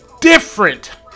different